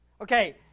Okay